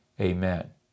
amen